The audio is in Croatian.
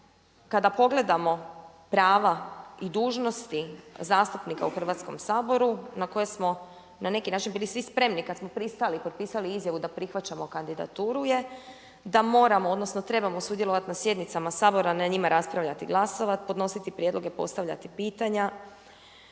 kada pogledamo prava i dužnosti zastupnika u Hrvatskom saboru, na koje smo na neki način bili svi spremni kada smo pristali, potpisali izjavu da prihvaćamo kandidaturu je da moramo, odnosno trebamo sudjelovati na sjednicama Sabora, na njima raspravljati i glasovati, podnositi prijedloge, postavljati pitanja.